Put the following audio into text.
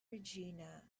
regina